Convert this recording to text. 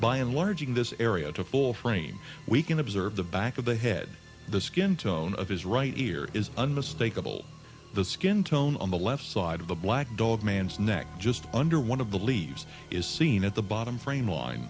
by and large in this area to full frame we can observe the back of the head the skin tone of his right ear is unmistakable the skin tone on the left side of the black dog man's neck just under one of the leaves is seen at the bottom frame o